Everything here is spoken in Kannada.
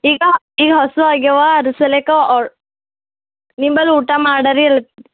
ಈಗ ಈಗ ಹೊಸು ಆಗ್ಯಾವಾ ರುಸಲೇಕ ಆರ್ ನಿಮ್ಮಲ್ಲಿ ಊಟ ಮಾಡರಿ ಇಲ್ಲಿ